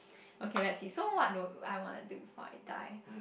okay let's see so what do I want to do before I die